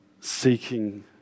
seeking